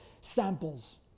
samples